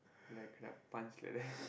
like kena punch like that